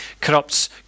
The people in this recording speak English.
corrupts